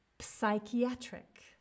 Psychiatric